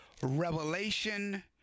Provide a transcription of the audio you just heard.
Revelation